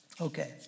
Okay